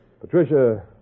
Patricia